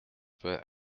peut